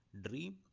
dream